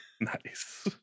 nice